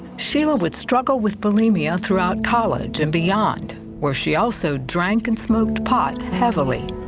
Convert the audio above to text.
sheila would struggle with bulemia throughout college and beyond, where she also drank and smoked pot heavily.